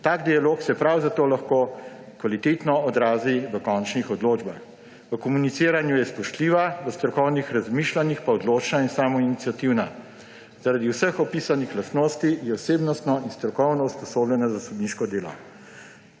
Tak dialog se prav zato lahko kvalitetno odrazi v končnih odločbah. V komuniciranju je spoštljiva, v strokovnih razmišljanjih pa odločna in samoiniciativna. Zaradi vseh opisanih lastnosti je osebnostno in strokovno usposobljena za sodniško delo.